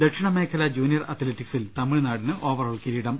ദക്ഷിണമേഖലാ junior അത്ലറ്റിക്സിൽ തമിഴ്നാടിന് overall കിരീടം